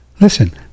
Listen